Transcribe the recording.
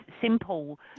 simple